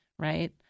Right